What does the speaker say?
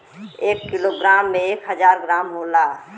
एक kilo gram में एक हजार ग्राम होला